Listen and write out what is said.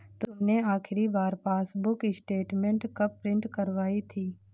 तुमने आखिरी बार पासबुक स्टेटमेंट कब प्रिन्ट करवाई थी?